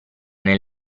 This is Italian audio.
nel